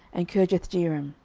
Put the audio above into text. and kirjathjearim